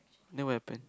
then what happened